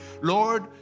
Lord